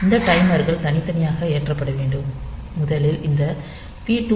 இந்த டைமர்கள் தனித்தனியாக ஏற்றப்பட வேண்டும் முதலில் இந்த P2